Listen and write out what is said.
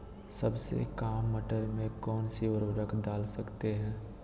सबसे काम मटर में कौन सा ऊर्वरक दल सकते हैं?